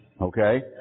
Okay